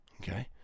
okay